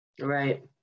Right